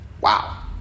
wow